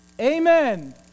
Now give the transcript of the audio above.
Amen